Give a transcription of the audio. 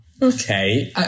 Okay